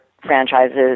franchises